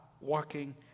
walking